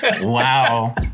Wow